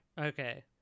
Okay